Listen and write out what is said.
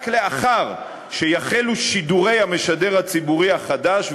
רק לאחר שיחלו שידורי המשדר הציבורי החדש,